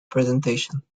presentation